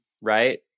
right